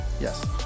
Yes